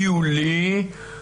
היולי,